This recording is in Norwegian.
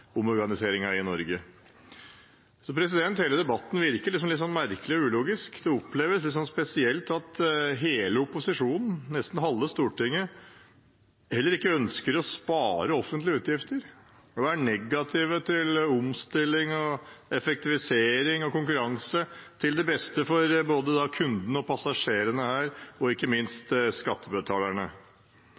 jernbaneomorganiseringen i Norge. Så hele debatten virker litt merkelig og ulogisk. Det oppleves litt spesielt at hele opposisjonen, nesten halve Stortinget, heller ikke ønsker å spare offentlige utgifter og er negative til omstilling, effektivisering og konkurranse som er til det beste for både kundene og passasjerene her, og ikke minst skattebetalerne.